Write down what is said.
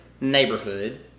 neighborhood